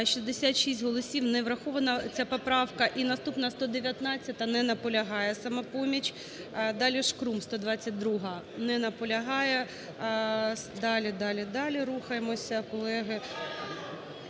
66 голосів. Не врахована ця поправка. І наступна – 119-а. Не наполягає "Самопоміч". Далі – Шкрум, 122-а. Не наполягає. Далі, далі, далі рухаємося, колеги.